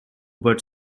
butt